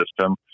system